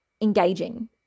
engaging